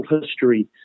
history